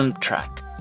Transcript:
Track